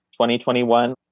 2021